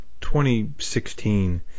2016